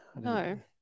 No